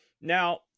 Now